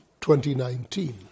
2019